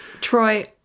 Troy